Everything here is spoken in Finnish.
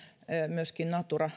myöskin natura